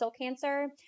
cancer